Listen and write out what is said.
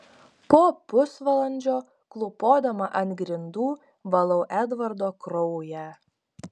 po pusvalandžio klūpodama ant grindų valau edvardo kraują